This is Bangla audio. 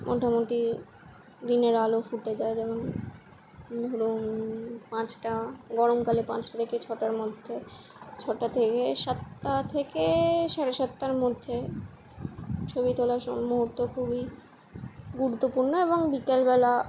মোটামুটি দিনের আলো ফুটে যায় যেমন মনে হল পাঁচটা গরমকালে পাঁচটা থেকে ছটার মধ্যে ছটা থেকে সাতটা থেকে সাড়ে সাতটার মধ্যে ছবি তোলার সব মুহূর্ত খুবই গুরুত্বপূর্ণ এবং বিকেলবেলা